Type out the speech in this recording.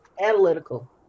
analytical